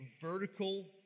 vertical